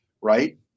right